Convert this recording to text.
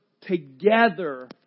together